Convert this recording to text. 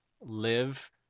live